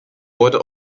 wurde